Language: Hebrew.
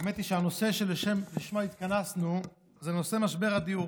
האמת היא שהנושא שלשמו התכנסנו זה נושא משבר הדיור,